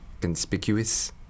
conspicuous